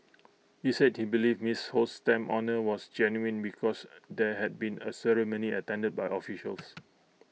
he said he believed miss Ho's stamp honour was genuine because there had been A ceremony attended by officials